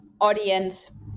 audience